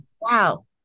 wow